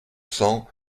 cents